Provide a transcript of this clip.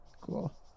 Cool